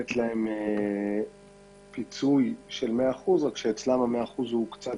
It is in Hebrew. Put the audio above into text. לתת להם פיצוי של 100% רק שאצלם קשה לחשב את ה-100% ועל כך